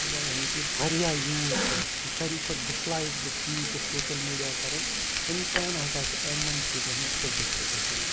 وۄنۍ یعنی کہِ واریاہ یوٗز چھُ یُس ساروی کھۄتہٕ ڈِسلایک بہٕ چیٖز چھُس سوشَل میٖڈیا کَرُن اِنسان ہَسا چھُ یِمَن چیٖزَن ہُنٛد اٮ۪ڈِکٹ گژھان